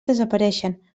desapareixen